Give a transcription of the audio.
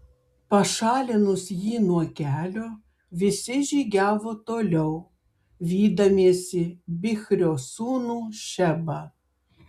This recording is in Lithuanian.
pašalinus jį nuo kelio visi žygiavo toliau vydamiesi bichrio sūnų šebą